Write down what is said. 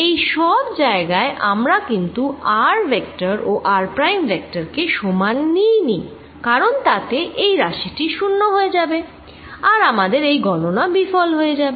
এই সব জায়গায় আমরা কিন্তু r ভেক্টর ও r প্রাইম ভেক্টর কে সমান নিইনি কারন তাতে এই রাশি টি শুন্য হয়ে যাবে আর আমাদের এই গননা বিফল হয়ে যাবে